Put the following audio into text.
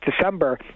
December